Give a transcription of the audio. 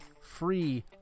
free